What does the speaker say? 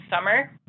summer